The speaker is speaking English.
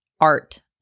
art